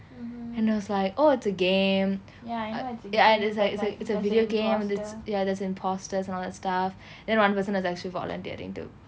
and I was like oh it's a game ya and it's like it's like it's a video game that's ya there's imposters and all that stuff then one person was actually volunteering to